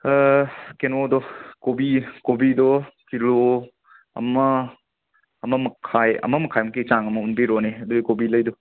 ꯀꯩꯅꯣꯗꯣ ꯀꯣꯕꯤ ꯀꯣꯕꯤꯗꯣ ꯀꯤꯂꯣ ꯑꯃ ꯑꯃ ꯃꯈꯥꯏ ꯑꯃ ꯃꯈꯥꯏꯃꯨꯛꯀꯤ ꯆꯥꯡ ꯑꯃ ꯑꯣꯟꯕꯤꯔꯣꯅꯦ ꯑꯗꯨꯒꯤ ꯀꯣꯕꯤꯂꯩꯗꯣ